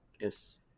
Yes